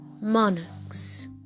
monarchs